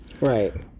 Right